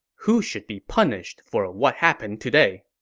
who should be punished for ah what happened today?